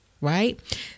right